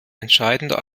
entscheidender